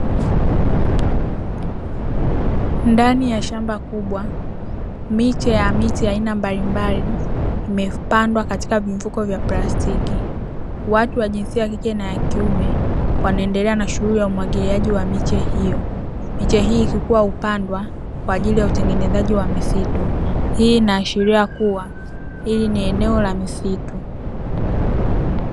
Ndani ya shamba kubwa miche ya miti ya aina mbalimbali imepandwa katika vimfuko vya plastiki, watu wa jinsia ya kike na ya kiume wanaendelea na shughuli ya umwagiliaji wa miche hiyo, miche hii ikikua hupandwa kwa ajili ya utengenezaji wa misitu, hii inaashiria kuwa hili ni eneo la misitu.